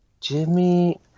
jimmy